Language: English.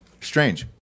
Strange